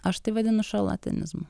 aš tai vadinu šarlatanizmu